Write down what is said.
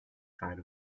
side